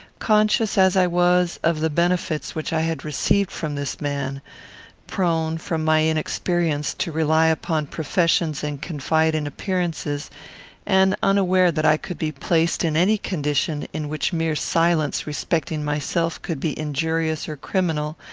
conscious as i was of the benefits which i had received from this man prone, from my inexperience, to rely upon professions and confide in appearances and unaware that i could be placed in any condition in which mere silence respecting myself could be injurious or criminal,